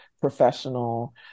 professional